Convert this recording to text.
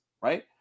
right